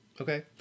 Okay